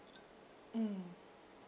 mm